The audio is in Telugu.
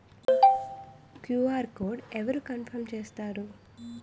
క్యు.ఆర్ కోడ్ అవరు కన్ఫర్మ్ చేస్తారు?